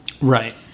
right